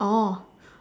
oh